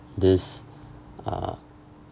this uh